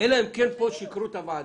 אלא אם כן שיקרו פה לוועדה.